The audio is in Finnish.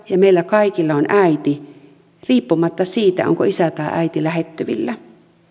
ja meillä kaikilla on äiti riippumatta siitä onko isä tai äiti lähettyvillä